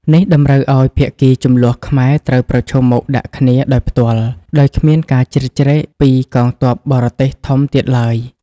នេះតម្រូវឱ្យភាគីជម្លោះខ្មែរត្រូវប្រឈមមុខដាក់គ្នាដោយផ្ទាល់ ដោយគ្មានការជ្រៀតជ្រែកពីកងទ័ពបរទេសធំទៀតឡើយ។